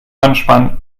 anspannen